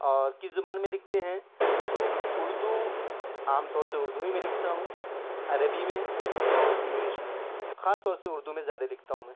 اور کس زبان میں لکھتے ہیں تو اردو عام طور سے اردو ہی میں لکھتا ہوں عربی میں اور انگلش میں خاص طور سے اردو میں زیادہ لکھتا ہوں میں